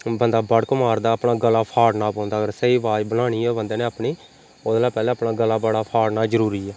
बन्दा बड़क मारदा अपना गला फाड़ना पौंदा स्हेई अवाज बनानी होऐ बन्दे ने अपनी ओह्दे कोला पैह्लें अपना गला बड़ा फाड़ना जरूरी ऐ